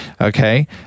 Okay